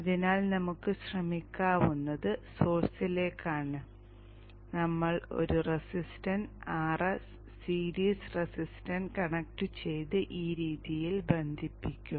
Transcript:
അതിനാൽ നമുക്ക് ശ്രമിക്കാവുന്നത് സോഴ്സിലേക്കാണ് നമ്മൾ ഒരു റെസിസ്റ്റൻസ് Rs സീരീസ് റെസിസ്റ്റൻസ് കണക്റ്റുചെയ്ത് ഈ രീതിയിൽ ബന്ധിപ്പിക്കും